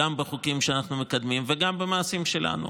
גם בחוקים שאנחנו מקדמים וגם במעשים שלנו,